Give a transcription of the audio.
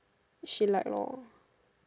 she like lor